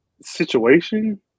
situation